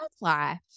life